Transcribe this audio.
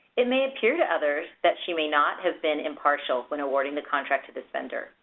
it may appear to others that she may not have been impartial when awarding the contract to this vendor.